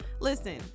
Listen